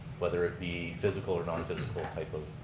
whether it be physical or non physical type of